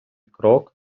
крок